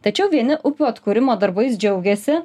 tačiau vieni upių atkūrimo darbais džiaugiasi